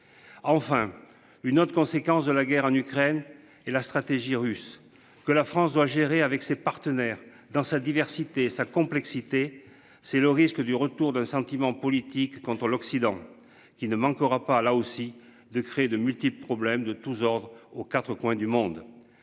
Enfin une autre conséquence de la guerre en Ukraine et la stratégie russe que la France doit gérer avec ses partenaires dans sa diversité, sa complexité, c'est le risque du retour d'un sentiment politique quand on l'Occident qui ne manquera pas là aussi de créer de multiples problèmes de tous ordres aux 4 coins du monde.